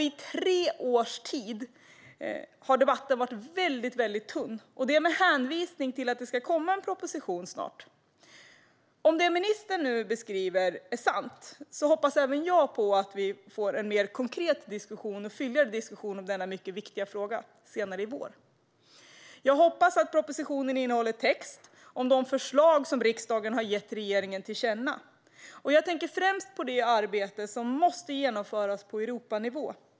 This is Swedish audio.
I tre års tid har debatten varit väldigt tunn med hänvisning till att det ska komma en proposition snart. Om det ministern nu säger är sant hoppas även jag på en mer konkret och fylligare diskussion om denna mycket viktiga fråga senare i vår. Jag hoppas att propositionen innehåller text om de förslag som riksdagen har gett regeringen till känna, och jag tänker främst på det arbete som måste genomföras på Europanivå.